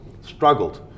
struggled